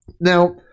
Now